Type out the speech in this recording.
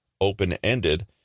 open-ended